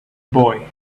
boy